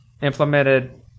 implemented